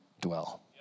dwell